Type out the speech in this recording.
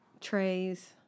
trays